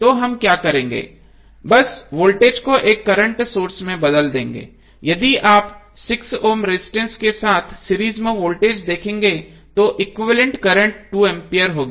तो हम क्या करेंगे बस वोल्टेज को एक करंट में बदल देंगे यदि आप 6 ओम रजिस्टेंस के साथ सीरीज में वोल्टेज देखेंगे तो एक्विवैलेन्ट करंट 2 एम्पीयर होगी